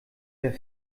der